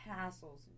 castles